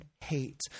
hate